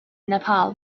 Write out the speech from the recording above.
nepal